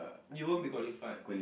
you won't be qualified